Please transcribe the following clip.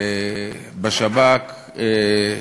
בשב"כ, במשטרה.